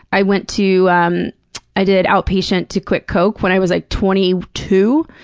i went to um i did outpatient to quit coke when i was, like, twenty two.